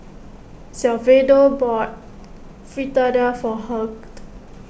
Salvador bought Fritada for Hugh